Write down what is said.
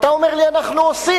אתה אומר לי: אנחנו עושים.